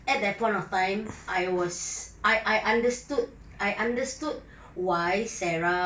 at that point of time I was I I understood I understood why sarah